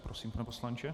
Prosím, pane poslanče.